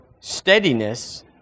steadiness